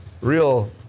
real